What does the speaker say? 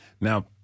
Now